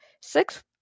six